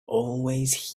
always